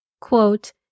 Quote